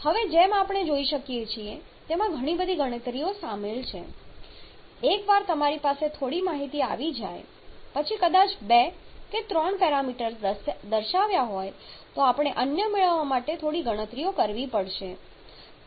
હવે જેમ આપણે જોઈ શકીએ છીએ કે તેમાં ઘણી બધી ગણતરીઓ સામેલ છે એકવાર તમારી પાસે થોડી માહિતી આવી જાય પછી કદાચ બે કે ત્રણ પેરામીટર્સ દર્શાવ્યા હોય તો આપણે અન્ય મેળવવા માટે થોડી ગણતરીઓ કરવી પડશે